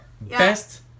Best